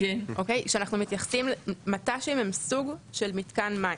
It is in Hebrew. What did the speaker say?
כשאנחנו מתייחסים למט"שים שהם סוג של מתקן מים,